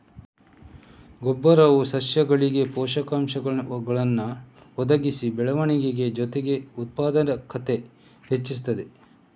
ಗೊಬ್ಬರವು ಸಸ್ಯಗಳಿಗೆ ಪೋಷಕಾಂಶಗಳನ್ನ ಒದಗಿಸಿ ಬೆಳವಣಿಗೆ ಜೊತೆಗೆ ಉತ್ಪಾದಕತೆ ಹೆಚ್ಚಿಸ್ತದೆ